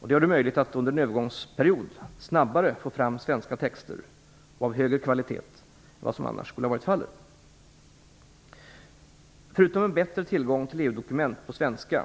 Detta gör det möjligt att under en övergångsperiod snabbare få fram svenska texter, av högre kvalitet än vad som annars skulle varit fallet. Förutom en bättre tillgång till EU-dokument på svenska